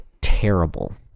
terrible